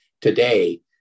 today